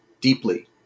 deeply